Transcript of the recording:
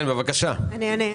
אני אענה.